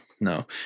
no